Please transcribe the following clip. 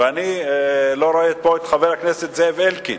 ואני לא רואה פה את חבר הכנסת זאב אלקין,